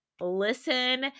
listen